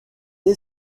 est